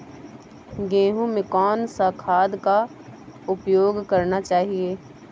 गेहूँ में कौन सा खाद का उपयोग करना चाहिए?